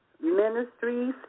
Ministries